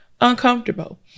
uncomfortable